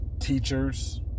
Teachers